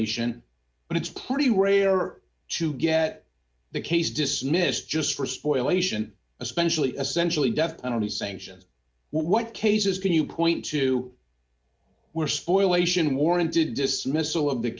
ation but it's pretty rare to get the case dismissed just for spoil ation especially essentially death penalty sanctions what cases can you point to where spoil ation warranted dismissal of the